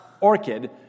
orchid